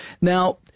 Now